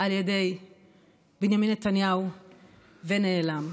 על ידי בנימין נתניהו ונעלם.